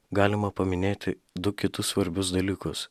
galima paminėti du kitus svarbius dalykus